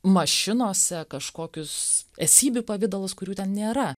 mašinose kažkokius esybių pavidalus kurių ten nėra